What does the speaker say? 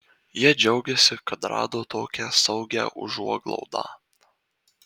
jie džiaugiasi kad rado tokią saugią užuoglaudą